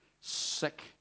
sick